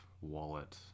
wallet